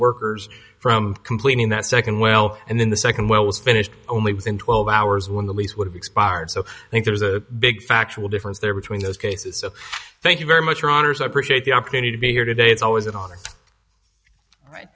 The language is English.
workers from completing that second well and then the second well was finished only within twelve hours when the lease would have expired so i think there's a big factual difference there between those cases so thank you very much for honors i appreciate the opportunity to be here today it's always an honor right